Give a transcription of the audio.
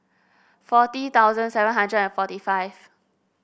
forty thousand seven hundred and forty five